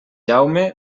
jaume